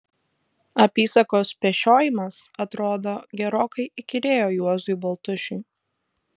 apysakos pešiojimas atrodo gerokai įkyrėjo juozui baltušiui